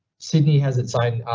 sydney has its own,